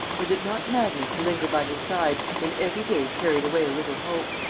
was it not madness to linger by his side, when every day carried away a little hope?